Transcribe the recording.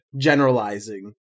Generalizing